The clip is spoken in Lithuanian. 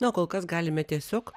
na kol kas galime tiesiog